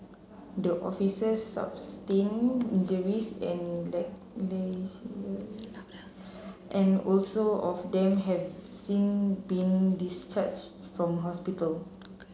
the officers sustained injuries and and also of them have since been discharged from hospital